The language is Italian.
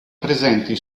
presenti